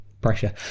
pressure